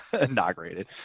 inaugurated